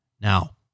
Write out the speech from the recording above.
Now